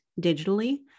digitally